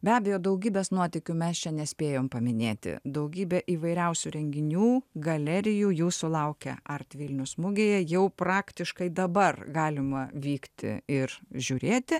be abejo daugybės nuotykių mes čia nespėjom paminėti daugybė įvairiausių renginių galerijų jūsų laukia artvilnius mugėje jau praktiškai dabar galima vykti ir žiūrėti